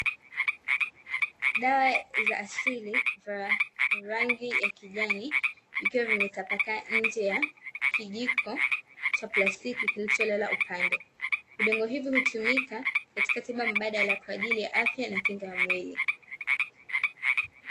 Dawa za asili za rangi ya kijani zikiwa zimetapakaa nje ya kijiko cha plastiki kilicho lala upande. Vidonge hivi hutumika katika tiba mbadala kwajili ya afya na kinga ya mwili.